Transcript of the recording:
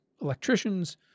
electricians